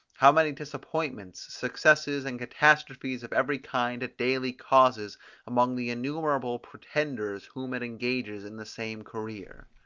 how many disappointments, successes, and catastrophes of every kind it daily causes among the innumerable pretenders whom it engages in the same career.